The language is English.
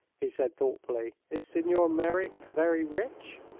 he said, thoughtfully is senor merreek very rich?